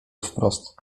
wprost